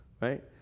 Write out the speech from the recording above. Right